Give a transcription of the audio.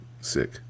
sick